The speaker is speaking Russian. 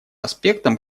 аспектом